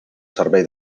servei